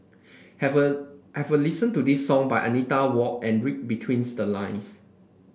have a have a listen to this song by Anita Ward and read between the lines